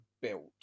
built